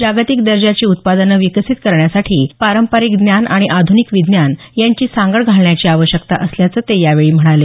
जागतिक दर्जाची उत्पादनं विकसित करण्यासाठी पारंपारिक ज्ञान आणि आधुनिक विज्ञान यांची सांगड घालण्याची आवश्यकता असल्याचं ते यावेळी म्हणाले